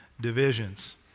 divisions